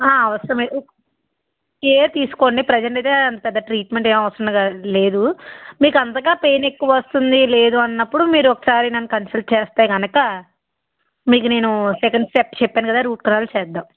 అవసరమే కేర్ తీసుకోండి ప్రెజెంట్ అయితే అంత పెద్ద ట్రీట్మెంట్ ఏం అవసరంగా లేదు మీకు అంతగా పెయిన్ ఎక్కువ వస్తుంది లేదు అన్నప్పుడు మీరు ఒకసారి నన్ను కన్సల్ట్ చేస్తే కనుక మీకు నేను సెకండ్ స్టెప్ చెప్పాను కదా రూట్ కెనాల్ చేద్దాం